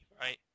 right